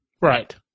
Right